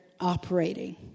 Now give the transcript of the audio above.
operating